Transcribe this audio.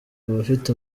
abafite